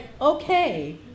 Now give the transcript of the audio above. okay